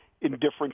indifferent